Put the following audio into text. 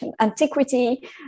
antiquity